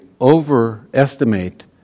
overestimate